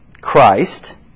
Christ